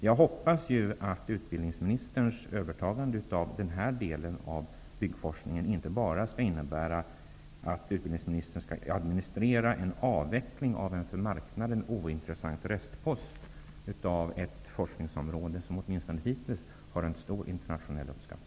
Jag hoppas att utbildningsministerns övertagande av den här delen av byggforskningen inte bara innebär att utbildningsministern skall administrera avvecklingen av en för marknaden ointressant restpost av ett forskningsområde som hittills har rönt stor internationell uppskattning.